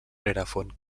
rerefons